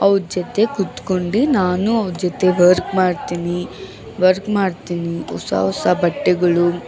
ಅವ್ರ ಜೊತೆ ಕೂತ್ಕೊಂಡು ನಾನು ಅವ್ರ ಜೊತೆ ವರ್ಕ್ ಮಾಡ್ತೀನಿ ವರ್ಕ್ ಮಾಡ್ತೀನಿ ಹೊಸ ಹೊಸ ಬಟ್ಟೆಗಳು